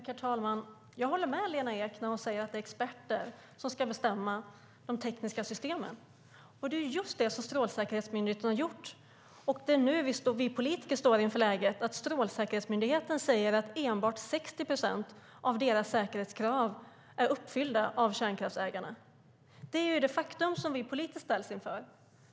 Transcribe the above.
Herr talman! Jag håller med Lena Ek när hon säger att det är experter som ska bestämma över de tekniska systemen. Det är just det som Strålsäkerhetsmyndigheten har gjort. Det är nu som vi politiker står inför läget att Strålsäkerhetsmyndigheten säger att endast 60 procent av säkerhetskraven är uppfyllda av kärnkraftsägarna. Det är det faktum som vi politiskt ställs inför.